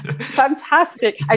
Fantastic